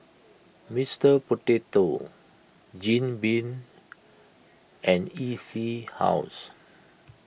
Mister Potato Jim Beam and E C House